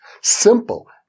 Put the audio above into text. simple